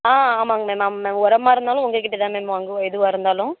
ஆ ஆமாங்க மேம் ஆமா மேம் உரமா இருந்தாலும் உங்கக்கிட்ட தான் மேம் வாங்குவோம் எதுவாக இருந்தாலும்